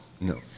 No